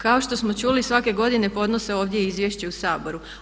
Kao što smo čuli svake godine podnose ovdje izvješće u Saboru.